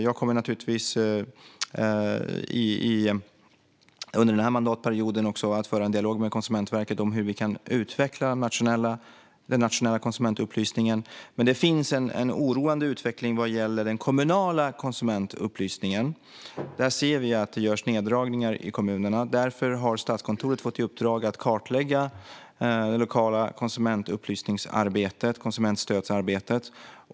Jag kommer naturligtvis även under denna mandatperiod att föra en dialog med Konsumentverket om hur vi kan utveckla den nationella konsumentupplysningen. Men det finns en oroande utveckling vad gäller den kommunala konsumentupplysningen. Där ser vi att det görs neddragningar i kommunerna. Därför har Statskontoret fått i uppdrag att kartlägga det kommunala konsumentstödsarbetet.